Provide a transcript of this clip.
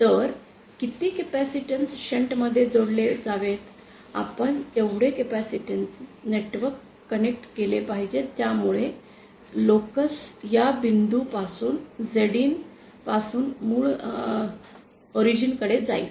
तर किती capacitance shunt मध्ये जोडले जावेत आपण तेवढे कॅपेसिटन्स कनेक्ट केले पाहिजेत ज्यामुळे लोकस या बिंदू Zinपासून मूळ कडे जाईल